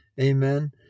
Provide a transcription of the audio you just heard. Amen